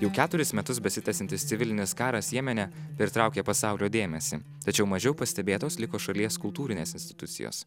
jau keturis metus besitęsiantis civilinis karas jemene pritraukė pasaulio dėmesį tačiau mažiau pastebėtos liko šalies kultūrinės institucijos